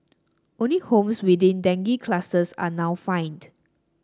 only homes within dengue clusters are now fined